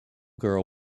girl